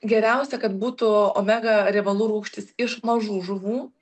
geriausia kad būtų omega riebalų rūgštys iš mažų žuvų